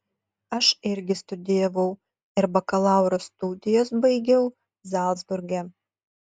aš irgi studijavau ir bakalauro studijas baigiau zalcburge